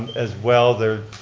as well, they're